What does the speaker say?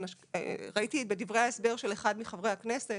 ראיתי בדברי ההסבר של אחד מחברי הכנסת,